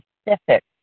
specific